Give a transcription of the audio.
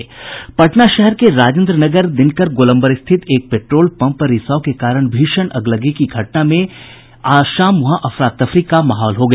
पटना शहर के राजेन्द्र नगर दिनकर गोलम्बर स्थित एक पेट्रोल पम्प पर रिसाव के कारण भीषण अगलगी की घटना के बाद आज शाम वहां अफरा तफरी का माहौल हो गया